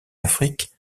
afrique